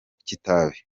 kitabi